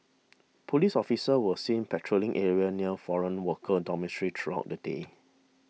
police officers were seen patrolling areas near foreign worker dormitories throughout the day